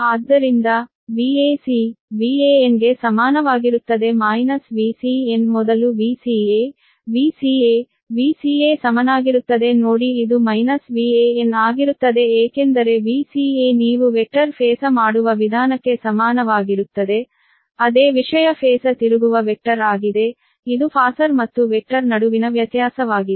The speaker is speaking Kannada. ಆದ್ದರಿಂದ Vac Van ಗೆ ಸಮಾನವಾಗಿರುತ್ತದೆ Vcn ಮೊದಲು VcaVcaVca ಸಮನಾಗಿರುತ್ತದೆ ನೋಡಿ ಇದು ಮೈನಸ್ Van ಆಗಿರುತ್ತದೆ ಏಕೆಂದರೆ Vca ನೀವು ವೆಕ್ಟರ್ ಫಾಸರ್ ಮಾಡುವ ವಿಧಾನಕ್ಕೆ ಸಮಾನವಾಗಿರುತ್ತದೆ ಅದೇ ವಿಷಯ ಫಾಸರ್ ತಿರುಗುವ ವೆಕ್ಟರ್ ಆಗಿದೆ ಇದು ಫಾಸರ್ ಮತ್ತು ವೆಕ್ಟರ್ ನಡುವಿನ ವ್ಯತ್ಯಾಸವಾಗಿದೆ